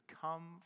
come